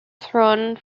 throne